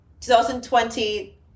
2020